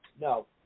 no